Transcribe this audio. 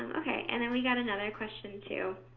ok and then we got another question, too.